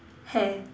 hair